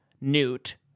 Newt